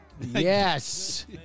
Yes